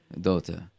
daughter